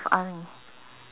army